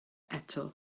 eto